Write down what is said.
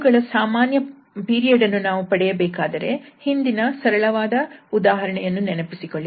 ಇವುಗಳ ಸಾಮಾನ್ಯ ಪೀರಿಯಡ್ ಅನ್ನು ನೀವು ಪಡೆಯಬೇಕಾದರೆ ಹಿಂದಿನ ಸರಳವಾದ ಉದಾಹರಣೆಯನ್ನು ನೆನಪಿಸಿಕೊಳ್ಳಿ